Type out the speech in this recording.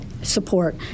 Support